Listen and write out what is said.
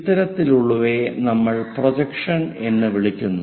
ഇത്തരത്തിലുള്ളവയെ നമ്മൾ പ്രൊജക്ഷൻ എന്ന് വിളിക്കുന്നു